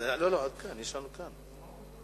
החלטת